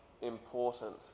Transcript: important